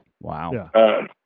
wow